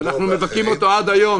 אנחנו מבכים אותו עד היום,